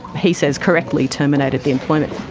he says, correctly terminated the employment.